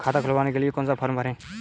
खाता खुलवाने के लिए कौन सा फॉर्म भरें?